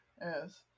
Yes